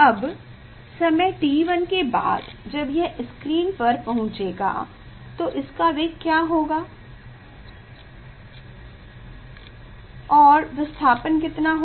अब समय t1 के बाद जब यह स्क्रीन पर पाहुचेगा तो इसका वेग क्या होगा और विस्थापन कितना होगा